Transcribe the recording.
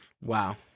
Wow